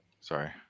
sorry